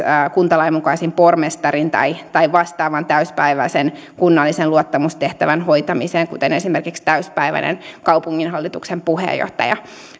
kuntalain mukaisen pormestarin tai tai vastaavan täysipäiväisen kunnallisen luottamustehtävän hoitamiseen kuten esimerkiksi täysipäiväinen kaupunginhallituksen puheenjohtaja